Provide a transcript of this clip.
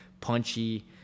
punchy